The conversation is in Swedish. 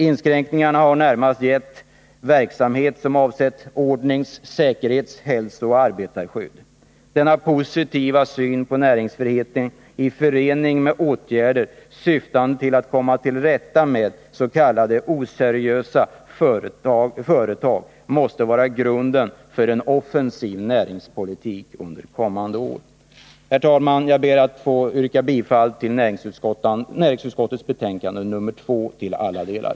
Inskränkningarna har närmast gällt verksamhet som avsett ordnings-, säkerhets-, hälsoeller arbetarskydd. Denna positiva syn på näringsfriheten i förening med åtgärder syftande till att komma till rätta med s.k. oseriösa företag måste vara grunden för en offensiv näringspolitik under kommande år. Herr talman! Jag ber att få yrka bifall till näringsutskottets hemställan i betänkande nr 2 till alla delar.